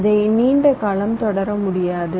இதை நீண்ட காலம் தொடர முடியாது